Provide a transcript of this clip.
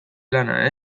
lana